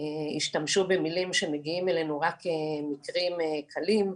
השתמשו במילים שמגיעים אלינו רק מקרים קלים.